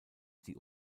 die